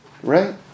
right